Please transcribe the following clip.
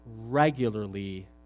regularly